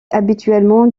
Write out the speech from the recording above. habituellement